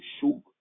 show